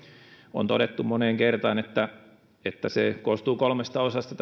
on todettu moneen kertaan että että tämä kompensaatio koostuu kolmesta osasta